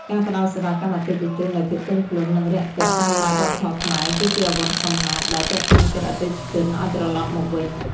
ការផ្ដល់សេវាកម្មអតិថិជនដោយភាពទន់ភ្លន់ និងរាក់ទាក់តាមបែបវប្បធម៌ខ្មែរ គឺជាអាវុធសម្ងាត់ដែលទាក់ទាញចិត្តអតិថិជនឱ្យត្រឡប់មកវិញ។